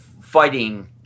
fighting